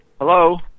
Hello